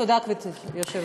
תודה, גברתי היושבת-ראש.